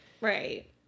right